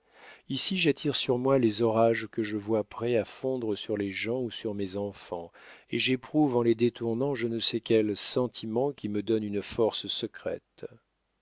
ici j'attire sur moi les orages que je vois prêts à fondre sur les gens ou sur mes enfants et j'éprouve en les détournant je ne sais quel sentiment qui me donne une force secrète